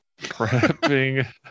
prepping